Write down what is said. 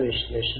तर ते सी